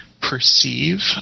perceive